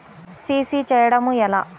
CC చేయడము ఎలా?